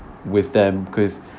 with them cause